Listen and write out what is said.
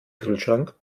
kühlschrank